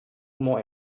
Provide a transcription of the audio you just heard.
more